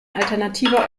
alternative